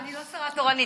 לא, אני לא השרה התורנית.